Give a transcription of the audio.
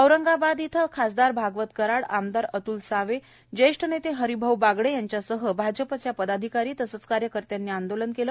औरंगाबाद इथं खासदार भागवत कराड आमदार अतूल सावे ज्येष्ठ नेते हरिभाऊ बागडे यांच्यासह भाजपच्या पदाधिकारी तसंच कार्यकर्त्यांनी आंदोलन केलं